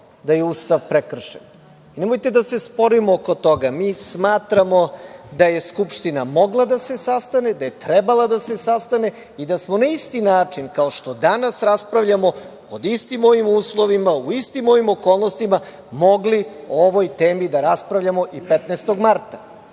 da je Ustav prekršen, nemojte da se sporimo oko toga, mi smatramo da je Skupština mogla da se sastane, da je trebala da se sastane i da smo na isti način, kao što danas raspravljamo, pod istim ovim uslovima, u istim ovim okolnostima mogli o ovoj temi da raspravljamo i 15. marta.